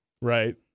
Right